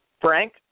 Frank